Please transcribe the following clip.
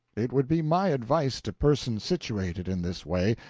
it would be my advice to persons situated in this way,